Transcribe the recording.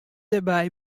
dêrby